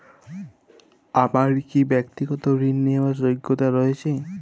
আমার কী ব্যাক্তিগত ঋণ নেওয়ার যোগ্যতা রয়েছে?